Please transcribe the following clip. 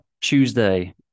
Tuesday